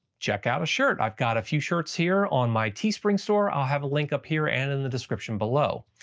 check out a shirt, i've got a few shirts here on my teespring store i have linked up here and in the description below.